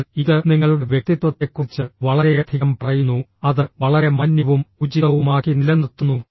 എന്നാൽ ഇത് നിങ്ങളുടെ വ്യക്തിത്വത്തെക്കുറിച്ച് വളരെയധികം പറയുന്നു അത് വളരെ മാന്യവും ഉചിതവുമാക്കി നിലനിർത്തുന്നു